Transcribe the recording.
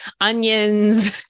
Onions